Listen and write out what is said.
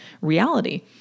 reality